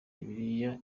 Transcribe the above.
bibiliya